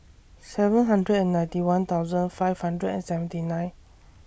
seven hundred and ninety one thousand five hundred and seventy nine